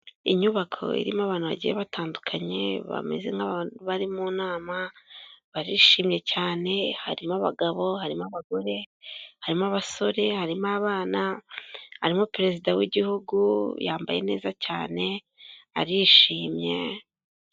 Inyubako irimo abantu bagiye batandukanye bameza nk'abantu bari mu nama barishimye cyane harimo abagabo, harimo abagore, harimo abasore, harimo abana, harimo perezida w'igihugu yambaye neza cyane arishimye.